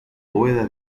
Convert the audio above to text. bóveda